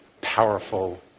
powerful